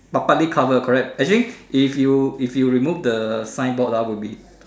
but partly cover correct actually if you if you remove the signboard lah it will be